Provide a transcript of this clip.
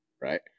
right